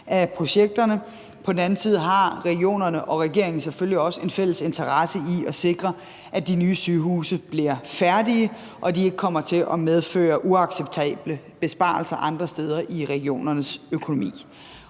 af projekterne. På den anden side har regionerne og regeringen selvfølgelig også en fælles interesse i at sikre, at de nye sygehuse bliver færdige, og at de ikke kommer til at medføre uacceptable besparelser andre steder i regionernes økonomi.